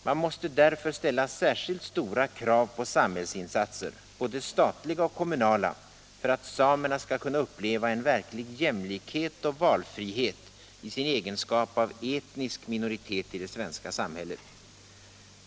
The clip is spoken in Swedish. Man måste därför ställa särskilt stora krav på samhällsinsatser, både statliga och kommunala, för att samerna skall kunna uppleva en verklig jämlikhet och valfrihet i sin egenskap av etnisk minoritet i det svenska samhället.